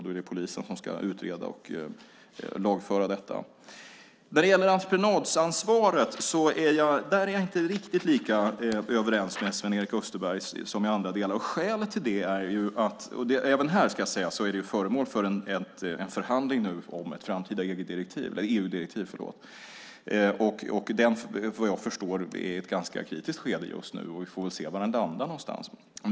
Då är det polisen som ska utreda och lagföra det. När det gäller entreprenadansvaret är jag inte riktigt lika överens med Sven-Erik Österberg. Även detta är föremål för en förhandling om ett framtida EU-direktiv. Den är, vad jag förstår, i ett ganska kritiskt skede just nu. Vi får se var det landar någonstans.